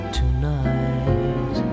tonight